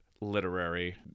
literary